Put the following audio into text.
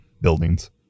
buildings